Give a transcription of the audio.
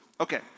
Okay